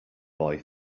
boy